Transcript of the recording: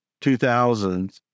2000s